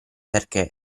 perché